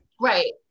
Right